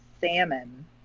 Salmon